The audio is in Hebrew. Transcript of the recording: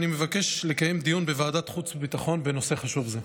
אני מבקש לקיים דיון בוועדת חוץ וביטחון בנושא חשוב זה.